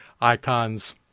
icons